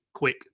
quick